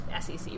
SEC